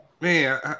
Man